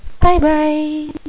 Bye-bye